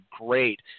great